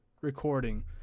recording